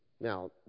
Now